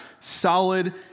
solid